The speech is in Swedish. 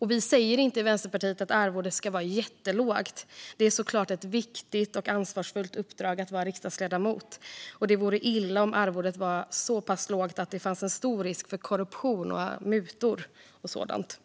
Vänsterpartiet säger inte att arvodet ska vara jättelågt. Det är såklart ett viktigt och ansvarsfullt uppdrag att vara riksdagsledamot, och det vore illa om arvodet var så pass lågt att det fanns stor risk för korruption, mutor och sådant.